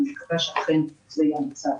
אני מקווה שאכן זה יהיה המצב.